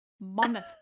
Monmouth